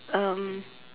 um